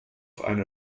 eine